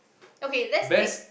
okay let's take